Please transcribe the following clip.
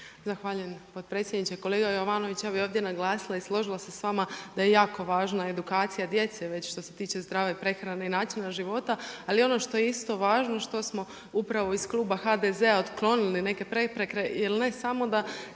Zahvaljujem potpredsjedniče. Kolega Jovanović ja bi ovdje naglasila i složila se sa vama da je jako važna edukacija djece, već sto se tiče zdrave prehrane i načina života, ali ono što je isto važno, što smo upravo iz Kluba HDZ-a otklonili neke prepreke, jer ne samo da